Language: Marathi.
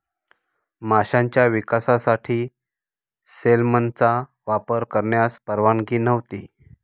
माशांच्या विकासासाठी सेलमनचा वापर करण्यास परवानगी नव्हती